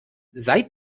seit